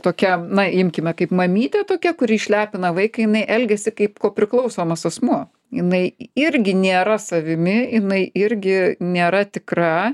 tokia na imkime kaip mamytė tokia kuri išlepina vaiką jinai elgiasi kaip priklausomas asmuo jinai irgi nėra savimi jinai irgi nėra tikra